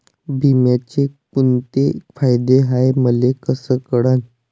बिम्याचे कुंते फायदे हाय मले कस कळन?